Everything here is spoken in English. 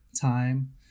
time